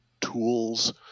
tools